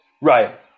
Right